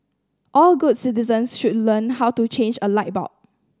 all good citizens should learn how to change a light bulb